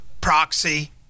proxy